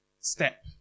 step